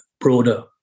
broader